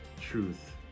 truth